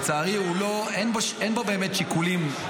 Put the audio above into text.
לצערי אין בו באמת שיקולים,